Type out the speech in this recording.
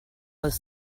was